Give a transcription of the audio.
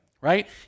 right